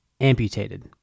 amputated